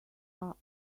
are